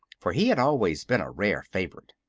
for he had always been a rare favorite.